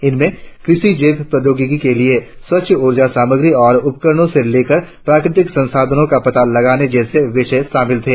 इनमें कृषि जैव प्रौद्योगिकी के लिए स्वच्छ ऊर्जा सामग्री और उपकरणों से लेकर प्राकृतिक संसाधनों का पता लगाने जैसे विषय शामिल थे